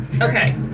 Okay